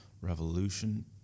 Revolution